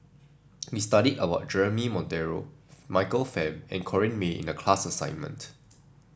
we studied about Jeremy Monteiro Michael Fam and Corrinne May in the class assignment